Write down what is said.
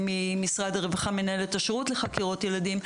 משרד הרווחה מנהל את השירות לחקירות ילדים.